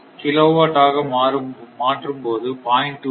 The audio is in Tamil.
கிலோவாட் ஆக மாற்றும் போது 0